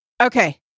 Okay